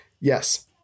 yes